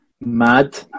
Mad